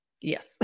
Yes